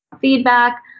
feedback